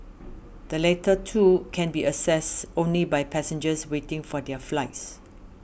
the latter two can be accessed only by passengers waiting for their flights